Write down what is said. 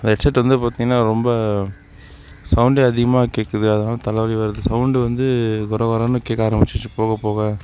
அந்த headset வந்து பார்த்திங்கன்னா ரொம்ப சவுண்டே அதிகமாக கேட்குது அதனால் தலைவலி வருது சவுண்டு வந்து கொரகொரன்னு கேட்க ஆரம்பிச்சு போகப்போக